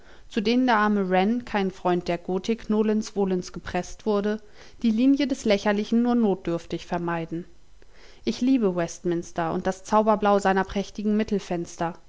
zu denen der arme wren kein freund der gotik nolens volens gepreßt wurde die linie des lächerlichen nur notdürftig vermeiden ich liebe westminster und das zauberblau seiner prächtigen